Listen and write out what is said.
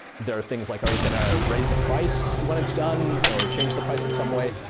there are things like are you going to raise the price when it's done or change the price in some way.